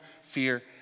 fear